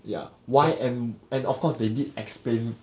ya why and and of course they did explain